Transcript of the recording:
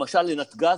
למשל לנתג"ז.